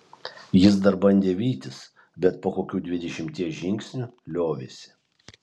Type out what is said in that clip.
jis dar bandė vytis bet po kokių dvidešimties žingsnių liovėsi